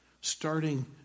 starting